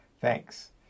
Thanks